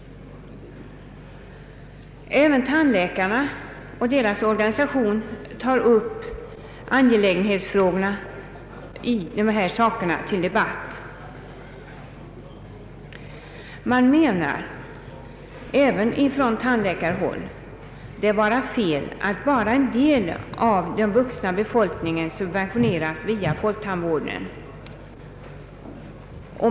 Även tandläkarna och deras organ tar upp angelägenhetsfrågorna på detta område till debatt. Man menar även på tandläkarhåll att det är fel att bara en del av den vuxna befolkningen subventioneras via folktandvården.